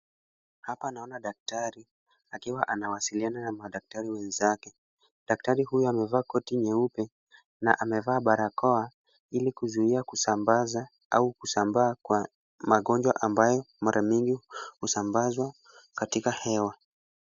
Hapa naona daktari akiwa anawasiliana na madaktari wenzake. Daktari huyo amevaa koti nyeupe na amevaa barakoa ili kuzuia kusambaza au kusambaa kwa magonjwa ambayo mara nyingi husambazwa katika hewa.